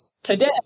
Today